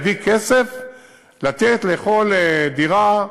מאיפה יביא כסף לתת לכל דירה,